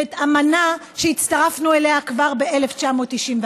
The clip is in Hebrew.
אמנה שהצטרפנו אליה כבר ב-1991,